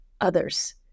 others